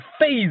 phase